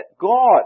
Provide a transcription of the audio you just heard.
God